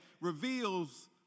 reveals